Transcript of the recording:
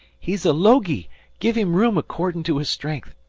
he's a logy. give him room accordin' to his strength,